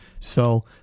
So-